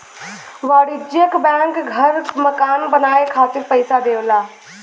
वाणिज्यिक बैंक घर मकान बनाये खातिर पइसा देवला